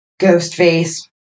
Ghostface